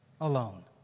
alone